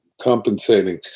compensating